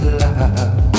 love